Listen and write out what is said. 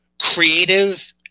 creative